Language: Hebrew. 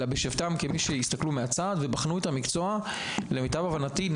אלא בשבתם כמי שהסתכלו מהצד ובחנו את המקצוע למיטב הבנתי,